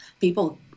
People